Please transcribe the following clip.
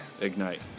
Ignite